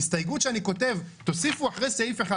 הסתייגות שאני כותב שתוסיפו אחרי סעיף 1